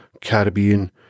Caribbean